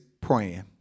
praying